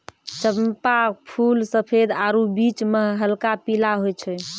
चंपा फूल सफेद आरु बीच मह हल्क पीला होय छै